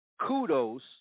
kudos